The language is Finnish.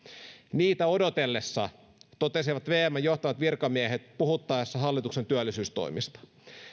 niitä odotellessa totesivat vmn johtavat virkamiehet puhuttaessa hallituksen työllisyystoimista